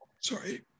Sorry